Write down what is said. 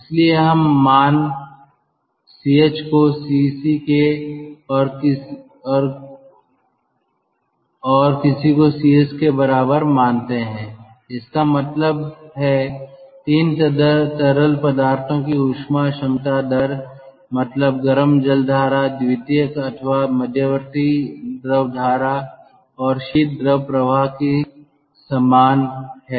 इसलिए हम मान ̇CH को ̇CC के और ̇CC को CS के बराबर मानते हैं इसका मतलब है 3 तरल पदार्थों की ऊष्मा क्षमता दर मतलब गर्म जलधारा द्वितीयक अथवा मध्यवर्ती द्रव धारा और शीत द्रव प्रवाह की समान हैं